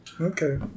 okay